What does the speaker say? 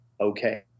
okay